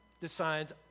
decides